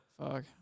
Fuck